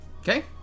Okay